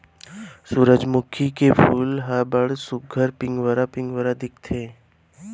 सुरूजमुखी के फूल ह बड़ सुग्घर पिंवरा पिंवरा दिखथे